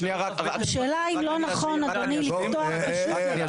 השאלה אם לא נכון אדוני, לפתוח פשוט?